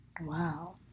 Wow